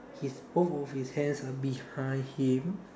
his both of his hands are behind him